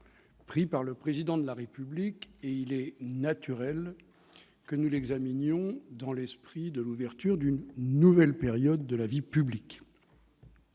pris par le Président de la République. Il est naturel que nous les examinions à l'aune de l'ouverture d'une nouvelle période de la vie publique.